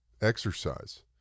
exercise